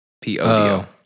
P-O-D-O